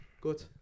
good